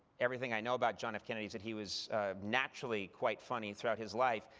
everything i know about john f. kennedy is that he was naturally quite funny throughout his life,